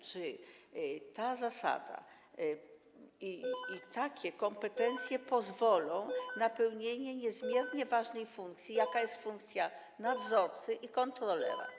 Czy ta zasada i takie kompetencje pozwolą na pełnienie niezmiernie ważnej funkcji, jaką jest funkcja nadzorcy i kontrolera?